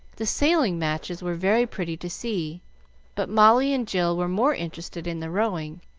the sailing-matches were very pretty to see but molly and jill were more interested in the rowing,